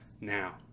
now